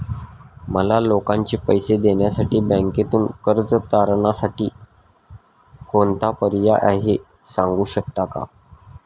मला लोकांचे पैसे देण्यासाठी बँकेतून कर्ज तारणसाठी कोणता पर्याय आहे? सांगू शकता का?